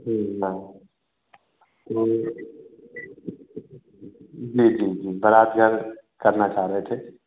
जी भैया हाँ जी जी जी बारात घर करना चाह रहे थे